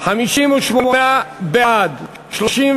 סיעת יהדות התורה, קבוצת סיעת